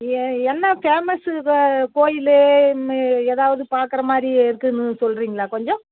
எ என்ன ஃபேமஸ்ஸு இப்போ கோயிலு ம் ஏதாவது பார்க்குற மாதிரி இருக்குதுன்னு சொல்கிறிங்களா கொஞ்சம்